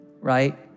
right